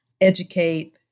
Educate